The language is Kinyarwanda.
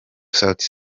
sauti